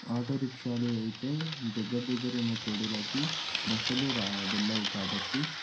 ఆటోరిక్షాలు అయితే దగ్గర దగ్గర ఉన్న చోటులకి బస్సులు రా వెళ్ళవు కాబట్టి